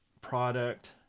product